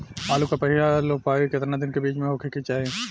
आलू क पहिला रोपाई केतना दिन के बिच में होखे के चाही?